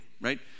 right